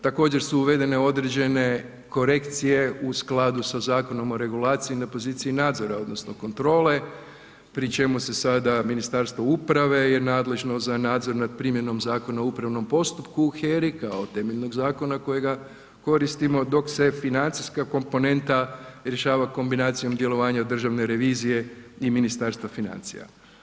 Također su uvedene određene korekcije u skladu sa Zakonom o regulaciji na poziciji nadzora odnosno kontrole pri čemu se sada Ministarstvo uprave je nadležno za nadzor nad primjenom Zakona o upravnom postupku u HERI kao temeljnog zakona kojega koristimo dok se financijska komponenta rješava kombinacijom djelovanja Državne revizije i Ministarstva financija.